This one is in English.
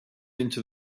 into